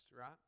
right